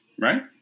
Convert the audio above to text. right